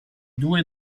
due